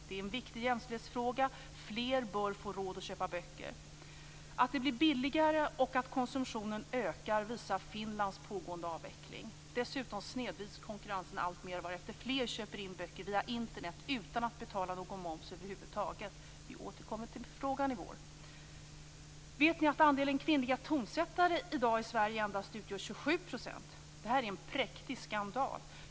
Det är en viktig jämställdhetsfråga, fler bör få råd att köpa böcker. Att de blir billigare och att konsumtionen ökar visar Finlands pågående avveckling. Dessutom snedvrids konkurrensen alltmer varefter fler köper böcker via Internet utan att betala någon moms över huvud taget. Vi återkommer till frågan i vår. Vet ni att andelen kvinnliga tonsättare i dag i Sverige endast utgör 27 %? Detta är en präktig skandal.